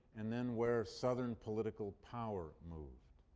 and then where southern political power moved.